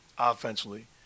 Offensively